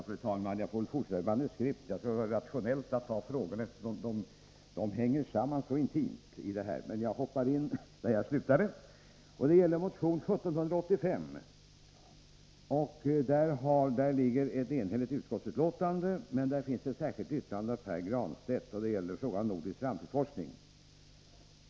Fru talman! Beträffande motion 1785 om nordisk framtidsforskning har utskottet avgivit ett enhälligt utlåtande. I anslutning till motionen har ett särskilt yttrande avgivits av Pär Granstedt.